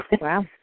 Wow